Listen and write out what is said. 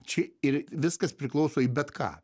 čia ir viskas priklauso į bet ką